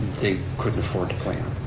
they couldn't afford to play on